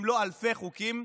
אם לא אלפי חוקים,